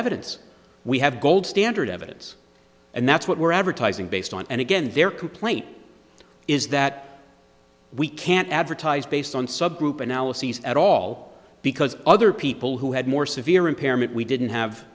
evidence we have gold standard evidence and that's what we're advertising based on and again their complaint is that we can't advertise based on subgroup analyses at all because other people who had more severe impairment we didn't have